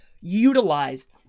utilized